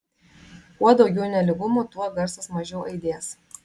kuo daugiau nelygumų tuo garsas mažiau aidės